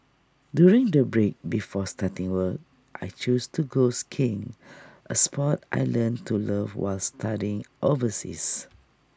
during the break before starting work I chose to go skiing A Sport I learnt to love while studying overseas